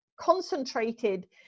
concentrated